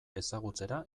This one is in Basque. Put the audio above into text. ezagutzera